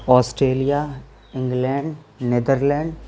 Australia England Netherlands